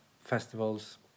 festivals